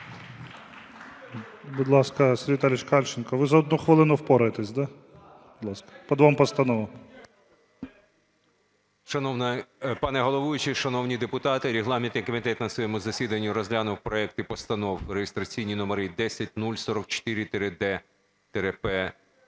Будь ласка, Сергій Віталійович Кальченко. Ви за одну хвилину впораєтеся, да? Будь ласка, по двом постановам. 13:50:45 КАЛЬЧЕНКО С.В. Шановний пане головуючий, шановні депутати, регламентний комітет на своєму засіданні розглянув проекти постанов реєстраційні номери 10044-д-П6